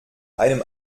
einem